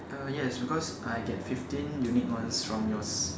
uh yes because I get fifteen unique ones from yours